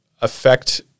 affect